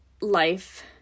life